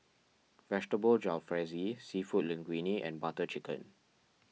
Vegetable Jalfrezi Seafood Linguine and Butter Chicken